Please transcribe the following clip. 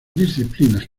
disciplinas